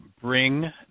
bring